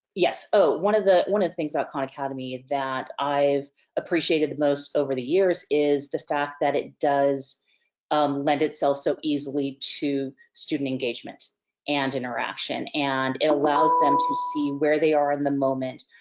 yes. oh, one of one of the things about khan academy, that i've appreciated the most over the years is, the fact that it does lend itself so easily to student engagement and interaction. and, it allows them to see where they are in the moment,